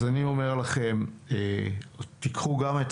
אז אני אומר לכם שתיקחו גם את